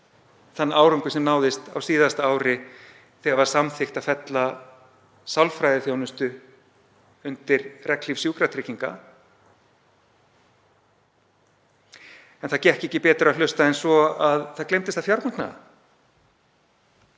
þann árangur sem náðist á síðasta ári þegar var samþykkt að fella sálfræðiþjónustu undir regnhlíf sjúkratrygginga. En ekki gekk betur að hlusta en svo að það gleymdist að fjármagna